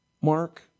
Mark